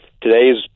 today's